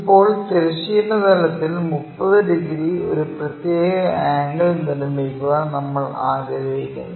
ഇപ്പോൾ തിരശ്ചീന തലത്തിൽ 30 ഡിഗ്രി ഒരു പ്രത്യേക ആംഗിൾ നിർമ്മിക്കാൻ നമ്മൾ ആഗ്രഹിക്കുന്നു